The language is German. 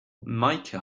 meike